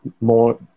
more